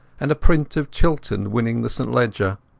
and a print of chiltern winning the st leger.